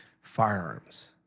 firearms